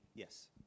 Yes